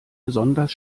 besonders